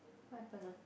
what happen ah